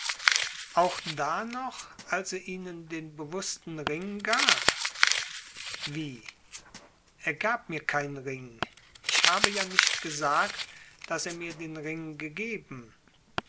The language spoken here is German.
auch da noch als er ihnen den bewußten ring gab wie er gab mir keinen ring ich habe ja nicht gesagt daß er mir den ring gegeben